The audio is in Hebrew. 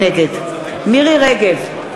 נגד מירי רגב,